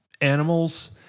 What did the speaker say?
animals